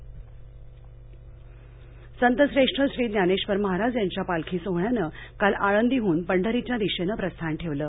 voice cast Alandi संतश्रेष्ठ श्री ज्ञानेश्वर महाराज यांच्या पालखी सोहळ्यानं काल आळंदीहन पंढरीच्या दिशेनं प्रस्थान ठेवलं